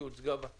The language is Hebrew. הצבעה